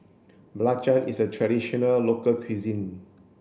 Belacan is a traditional local cuisine